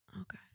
okay